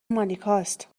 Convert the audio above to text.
مانیکاست